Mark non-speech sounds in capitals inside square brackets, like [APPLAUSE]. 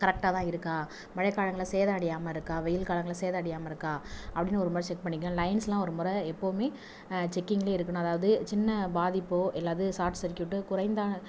கரெக்டாக தான் இருக்கா மழை காலங்களில் சேதம் அடையாமல் இருக்கா வெயில் காலங்களில் சேதம் அடையாமல் இருக்கா அப்படீன்னு ஒரு முறை செக் பண்ணிக்கணும் லயன்ஸ்லான் ஒரு முறை எப்பவும் செக்கிங்ல் இருக்கணும் அதாவது சின்ன பாதிப்பு இல்லாது சார்ட்சர்க்யூட் [UNINTELLIGIBLE]